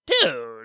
dude